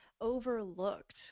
overlooked